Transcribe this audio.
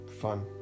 fun